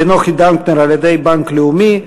לנוחי דנקנר על-ידי בנק לאומי,